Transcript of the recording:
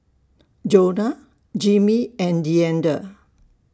Jonah Jimmy and Deandre